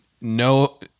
no